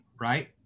right